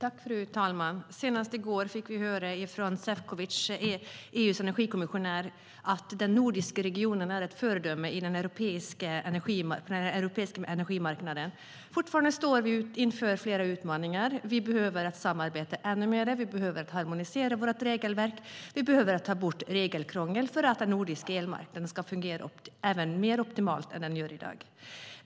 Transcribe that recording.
Fru talman! Senast i går fick vi höra från EU:s energikommissionär Sefcovic att den nordiska regionen är ett föredöme på den europeiska energimarknaden. Fortfarande står vi dock inför flera utmaningar. Vi behöver samarbeta ännu mer, vi behöver harmonisera våra regelverk och vi behöver ta bort regelkrångel för att den nordiska elmarknaden ska fungera till och med mer optimalt än den gör i dag.